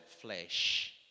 flesh